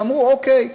ואמרו: אוקיי,